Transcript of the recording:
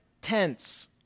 tense